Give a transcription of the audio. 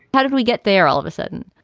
how did we get there all of a sudden,